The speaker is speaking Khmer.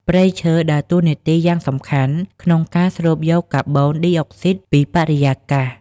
ព្រៃឈើដើរតួនាទីយ៉ាងសំខាន់ក្នុងការស្រូបយកកាបូនឌីអុកស៊ីតពីបរិយាកាស។